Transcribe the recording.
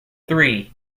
three